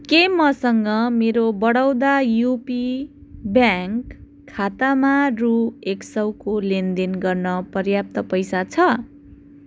के मसँग मेरो बडौदा युपी ब्याङ्क खातामा रु एक सौको लेनदेन गर्न पर्याप्त पैसा छ